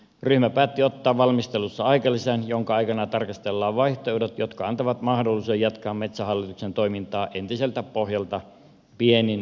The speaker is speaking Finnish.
ryhmä päätti ottaa valmistelussa aikalisän jonka aikana tarkastellaan vaihtoehdot jotka antavat mahdollisuuden jatkaa metsähallituksen toimintaa entiseltä pohjalta pienin muutoksin